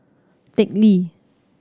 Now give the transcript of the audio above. Teck Lee